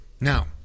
now